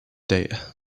date